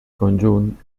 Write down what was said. conjunt